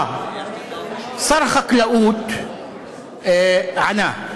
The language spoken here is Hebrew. שר החקלאות ענה.